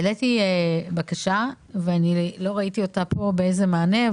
העליתי בקשה ואני לא ראיתי אותה פה באיזה מענה,